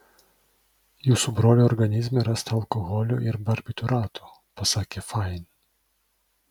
jūsų brolio organizme rasta alkoholio ir barbitūratų pasakė fain